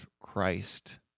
Christ